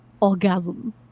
orgasm